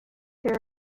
there